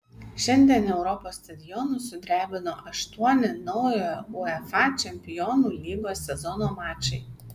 šiandien europos stadionus sudrebino aštuoni naujojo uefa čempionų lygos sezono mačai